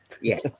yes